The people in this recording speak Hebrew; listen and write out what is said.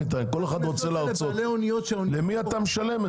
למי אתה משלם את זה?